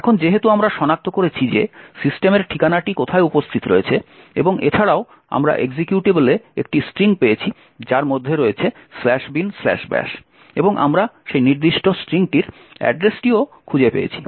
এখন যেহেতু আমরা সনাক্ত করেছি যে সিস্টেমের ঠিকানাটি কোথায় উপস্থিত রয়েছে এবং এছাড়াও আমরা এক্সিকিউটেবলে একটি স্ট্রিং পেয়েছি যার মধ্যে রয়েছে binbash এবং আমরা সেই নির্দিষ্ট স্ট্রিংটির অ্যাড্রেসটিও খুঁজে পেয়েছি